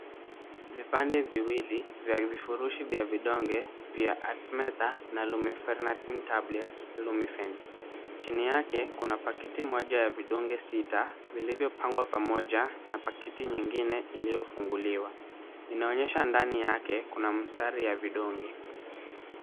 Vipande viwili vya vifurushi vya vidonge vya Atmeta na Lumefernatin Tablets, Lumifen. Chini yake kuna pakiti moja ya vidonge sita vilivyopangwa pamoja na pakiti nyingine iliyofunguliwa. Inaonyesha ndani yake kuna mstari ya vidonge.